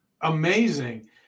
amazing